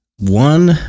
One